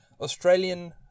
Australian